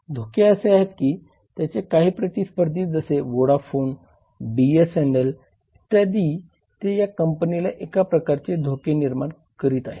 धोके असे आहेत की त्याचे काही प्रतिस्पर्धी जसे वोडाफोन बीएसएनएल इत्यादी ते या कंपनीला एक प्रकारचे धोके निर्माण करीत आहेत